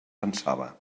pensava